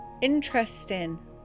interesting